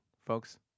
Folks